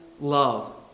love